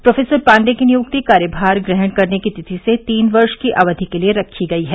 professor Pandey की निुयक्ति कार्यभार ग्रहण करने की तिथि से तीन वर्ष की अवधि के लिये रखी गई है